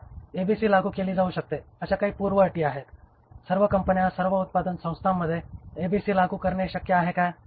आता एबीसी लागू केली जाऊ शकते अशा काही पूर्वशर्ती आहेत सर्व कंपन्या सर्व उत्पादन संस्थांमध्ये एबीसी लागू करणे शक्य आहे काय